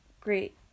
great